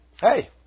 Hey